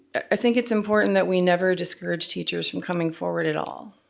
i think it's important that we never discourage teachers from coming forward at all.